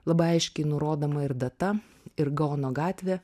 labai aiškiai nurodoma ir data ir gaono gatvė